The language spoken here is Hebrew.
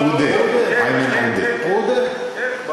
עודֶה, איימן עודֶה.